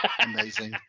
amazing